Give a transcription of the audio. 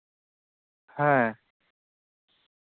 ᱦᱮᱸ